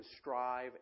strive